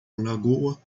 lagoa